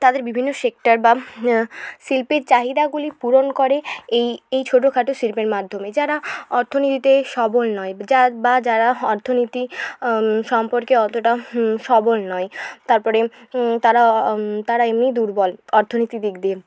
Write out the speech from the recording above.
তাদের বিভিন্ন সেক্টর বা শিল্পীর চাহিদাগুলি পূরণ করে এই এই ছোটখাটো শিল্পের মাধ্যমে যারা অর্থনীতিতে সবল নয় যা বা যারা অর্থনীতি সম্পর্কে অতটা সবল নয় তারপরে তারা তারা এমনিই দুর্বল অর্থনীতির দিক দিয়ে